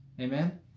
Amen